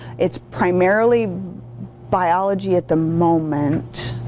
it's primarily biology at the moment,